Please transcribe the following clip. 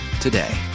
today